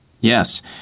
Yes